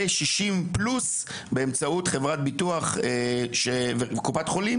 ומגיל 60 פלוס באמצעות חברת ביטוח וקופת חולים